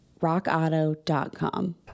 rockauto.com